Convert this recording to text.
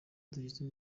dushyize